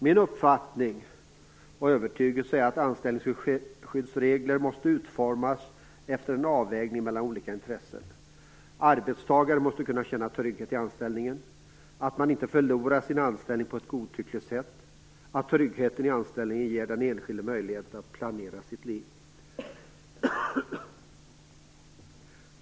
Min uppfattning och övertygelse är att anställningsskyddsregler måste utformas efter avvägning mellan olika intressen. Arbetstagaren måste kunna känna trygghet i anställningen, att man inte riskerar att förlora sin anställning på godtyckliga grunder. Tryggheten i anställningen skall ge den enskilde möjlighet att planera sitt liv.